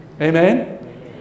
amen